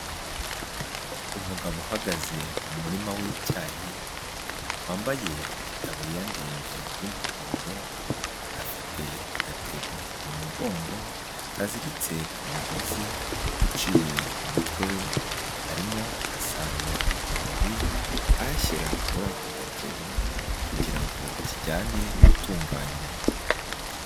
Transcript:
Umugabo uhagaze mu murima w'icyayi wambaye itaburiya ndende y'umuhondo afite agatebo umugongo kaziritse ku mugozi uciye ku mutwe we arimo arasarura amababi ayashyira muri ako gatebo kugira ngo kijyane gutunganywa.